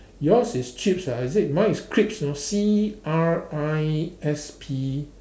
yours is chips ah is it mine is crisp you know C R I S P